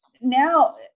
now –